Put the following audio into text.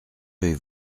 avez